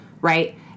right